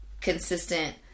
consistent